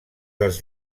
dels